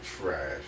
Trash